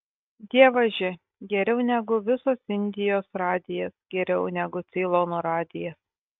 dievaži geriau negu visos indijos radijas geriau negu ceilono radijas